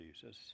Jesus